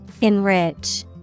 Enrich